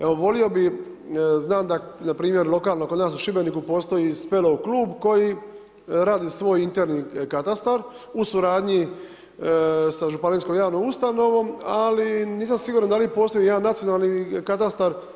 Evo, volio bi znam, da npr. lokalno kod nas u Šibeniku postoji speleo klub koji radi svoj interni katastar u suradnji sa županijskom javnom ustanovom, ali nisam siguran da li postoji jedan nacionalni katastar.